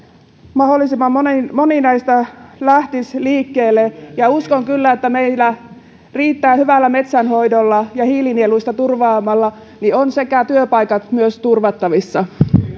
mahdollisimman moni näistä lähtisi liikkeelle ja uskon kyllä että meillä hyvällä metsänhoidolla ja hiilinielut turvaamalla ovat myös työpaikat turvattavissa